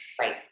Right